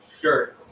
Sure